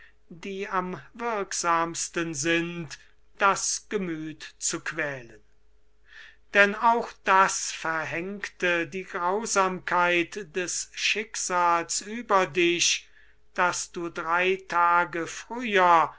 die am wirksamsten sind das gemüth zu quälen denn auch das verhängte die grausamkeit des schicksals über dich daß du drei tage früher